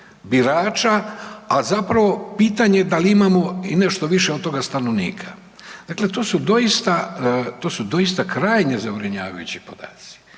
birača, a zapravo pitanje dal imamo i nešto više od toga stanovnika. Dakle, to su doista, to su doista krajnje zabrinjavajući podaci.